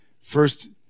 first